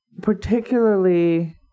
particularly